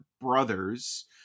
brothers